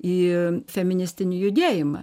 į feministinį judėjimą